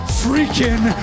freaking